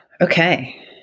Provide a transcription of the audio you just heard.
okay